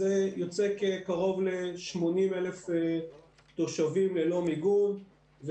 זה יוצא קרוב ל-80,000 תושבים ללא מיגון,